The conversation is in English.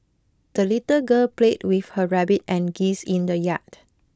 the little girl played with her rabbit and geese in the yard